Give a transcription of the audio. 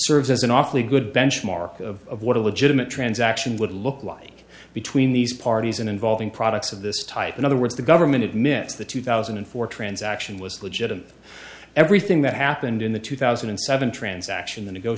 serves as an awfully good benchmark of what a legitimate transaction would look like between these parties and involving products of this type in other words the government mix the two thousand and four transaction was legitimate everything that happened in the two thousand and seven transaction th